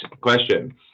question